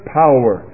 power